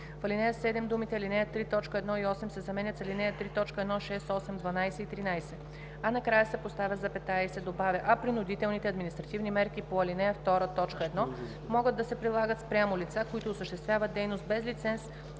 в ал. 7 думите „ал. 3, т. 1 и 8“ се заменят с „ал. 3, т. 1, 6, 8, 12 и 13“, а накрая се поставя запетая и се добавя „а принудителните административни мерки по ал. 2, т. 1 могат да се прилагат спрямо лица, които осъществяват дейност без лиценз